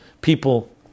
people